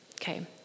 Okay